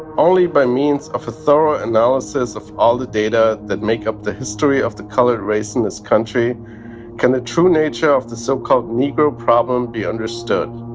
only by means of a thorough analysis of all the data that make up the history of the colored race in this country can the true nature of the so-called negro problem be understood.